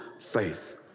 faith